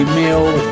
meal